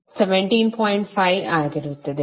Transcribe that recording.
5 ಆಗಿರುತ್ತದೆ